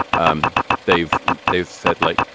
um they've they've said like,